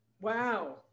Wow